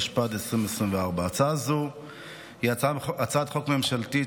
התשפ"ד 2024. הצעה זו היא הצעת חוק ממשלתית,